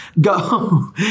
go